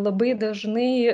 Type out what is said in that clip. labai dažnai